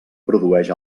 produeix